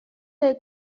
del